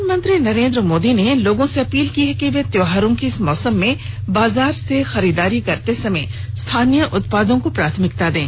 प्रधानमंत्री नरेन्द्र मोदी ने लोगों से अपील की है कि वे त्यौहारों के इस मौसम में बाजार से खरीददारी करते समय स्थानीय उत्पादों को प्राथमिकता दें